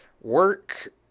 work